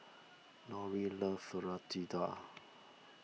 Lorie loves Fritada